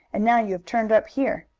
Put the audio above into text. and now you have turned up here.